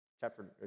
chapter